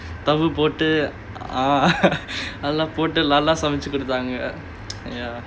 போட்டு:pottu ah அதுலாம் போடு நல்ல சமைச்சி குடுத்தாங்க:athulaam pottu nallaa samaichi kuduthaanga ya